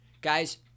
Guys